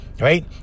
Right